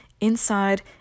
inside